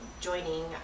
joining